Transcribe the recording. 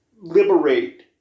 liberate